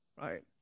right